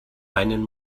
einen